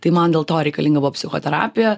tai man dėl to reikalinga buvo psichoterapija